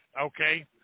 okay